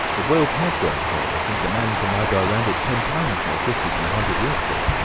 the world has grown smaller, since a man can now go round it ten times more quickly than a hundred years ago.